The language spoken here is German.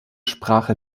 sprache